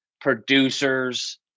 producers